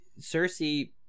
Cersei